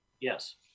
Yes